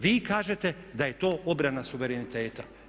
Vi kažete da je to obrana suvereniteta.